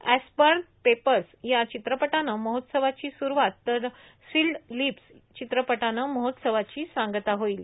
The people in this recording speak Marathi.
एस्पर्न पेपर्स या चित्रपटानं महोत्सवाची सुरुवात तर सिल्ड लिप्स चित्रपटानं महोत्सवाची सांगता होईल